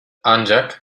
ancak